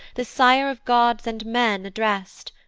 the sire of gods and men address'd,